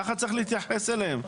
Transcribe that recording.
ככה צריך להתייחס אליהם.